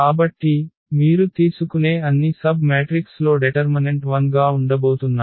కాబట్టి మీరు తీసుకునే అన్ని సబ్ మ్యాట్రిక్స్ లొ డెటర్మనెంట్ 0 గా ఉండబోతున్నాయి